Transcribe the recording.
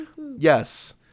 yes